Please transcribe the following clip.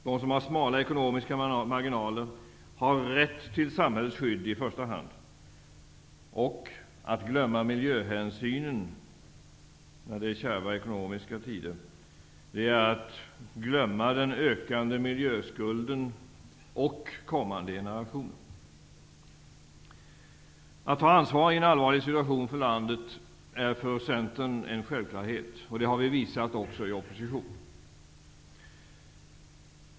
De som har smala ekonomiska marginaler har i första hand rätt till samhällets skydd. Att glömma miljöhänsynen, när det är kärva ekonomiska tider, är att glömma den ökande miljöskulden och kommande generationer. Att i en allvarlig situation ta ansvar för landet är för Centern en självklarhet. Det har vi visat också när vi var i opposition.